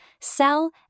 sell